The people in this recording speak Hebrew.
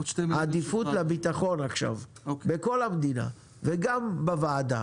העדיפות לביטחון עכשיו בכל המדינה וגם בוועדה,